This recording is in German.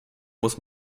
muss